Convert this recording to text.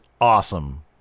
awesome